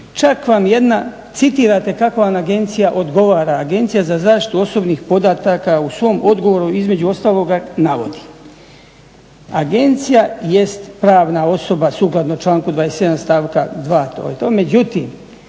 Čak vam jedna, citirate kakva je ona agencija, odgovara, Agencija za zaštitu osobnih podataka u svom odgovoru između ostaloga navodi: "Agencija jest pravna osoba, sukladno članku 27. stavka 2, međutim